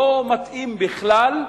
לא מתאים בכלל,